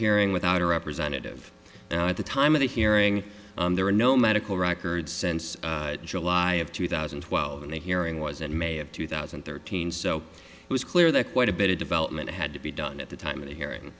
hearing without a representative at the time of the hearing there were no medical records since july of two thousand and twelve and the hearing was in may of two thousand and thirteen so it was clear that quite a bit of development had to be done at the time of the hearing